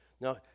Now